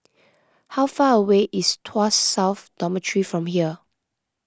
how far away is Tuas South Dormitory from here